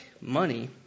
money